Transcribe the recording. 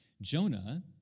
Jonah